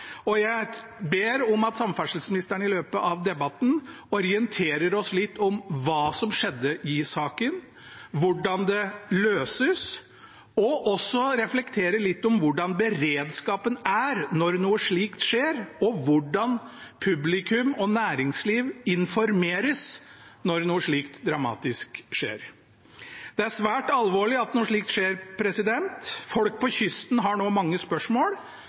Jeg ber om at samferdselsministeren i løpet av debatten orienterer oss litt om hva som skjedde i saken, hvordan det løses, og også reflekterer litt om hvordan beredskapen er når noe slikt skjer, og hvordan publikum og næringsliv informeres når noe slikt dramatisk skjer. Det er svært alvorlig at noe slikt skjer, folk på kysten har nå mange spørsmål.